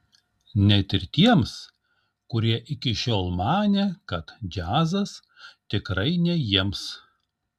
net ir tiems kurie iki šiol manė kad džiazas tikrai ne jiems